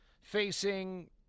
facing